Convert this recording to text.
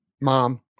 Mom